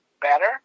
better